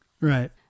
right